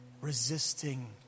resisting